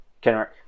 Kenrick